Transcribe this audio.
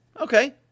Okay